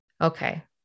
okay